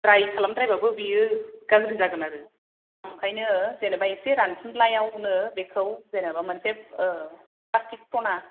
द्राय खालामद्रायबाबो बियो गाज्रि जागोन आरो ओंखायनो जेनबा एसे रानफुनलायावनो बिखौ जेनबा मोनसे फ्लासटिक खना